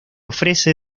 ofrece